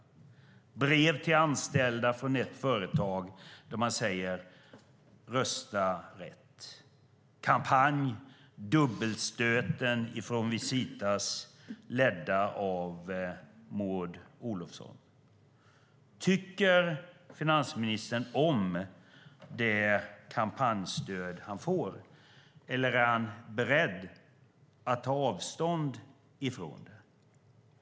Det är brev till anställda från ett företag där man säger: Rösta rätt! Det är en kampanj och en dubbelstöt från Visita under ledning av Maud Olofsson. Tycker finansministern om det kampanjstöd han får, eller är han beredd att ta avstånd från det?